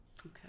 Okay